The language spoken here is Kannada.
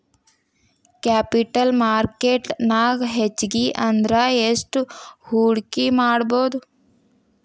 ಕ್ಯಾಪಿಟಲ್ ಮಾರ್ಕೆಟ್ ನ್ಯಾಗ್ ಹೆಚ್ಗಿ ಅಂದ್ರ ಯೆಸ್ಟ್ ಹೂಡ್ಕಿಮಾಡ್ಬೊದು?